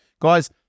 guys